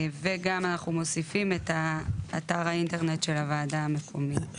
וגם אנחנו מוסיפים את אתר האינטרנט של הוועדה המקומית.